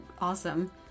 awesome